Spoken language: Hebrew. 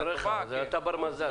אשריך, אתה בר-מזל.